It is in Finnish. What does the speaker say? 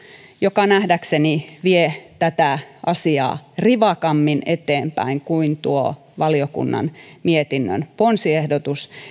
joka nähdäkseni vie tätä asiaa rivakammin eteenpäin kuin tuo valiokunnan mietinnön ponsiehdotus